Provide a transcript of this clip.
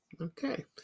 okay